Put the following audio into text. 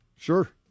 sure